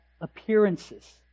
appearances